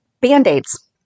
Band-Aids